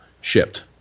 shipped